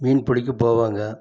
மீன் பிடிக்க போவாங்க